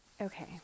okay